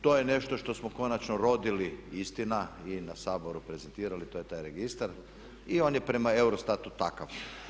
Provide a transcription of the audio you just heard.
To je nešto što smo konačno rodili, istina i na Saboru prezentirali, to je taj registar i on je prema EUROSTAT-u takav.